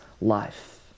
life